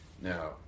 Now